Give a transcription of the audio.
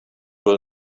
will